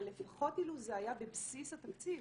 אבל לפחות אילו זה היה בבסיס התקציב.